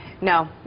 No